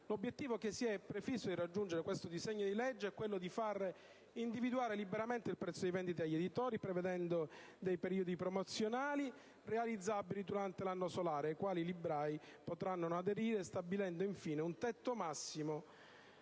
l'obiettivo che si è prefisso di raggiungere questo disegno di legge è quello di far individuare liberamente il prezzo di vendita agli editori, prevedendo dei periodi promozionali, realizzabili durante l'anno solare, ai quali i librai potranno non aderire, stabilendo infine un tetto massimo